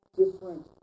different